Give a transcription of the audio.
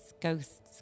ghosts